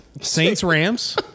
Saints-Rams